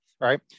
right